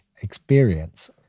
experience